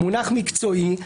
מונח מקצועי,